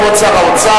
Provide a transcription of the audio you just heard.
כבוד שר האוצר,